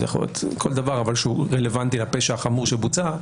זה יכול להיות כל דבר אבל שהוא רלוונטי לפשע החמור שבוצע,